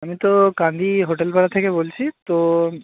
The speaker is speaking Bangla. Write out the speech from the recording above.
আমি তো কান্দি হোটেল পাড়া থেকে বলছি তো